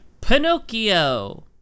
Pinocchio